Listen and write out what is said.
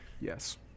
yes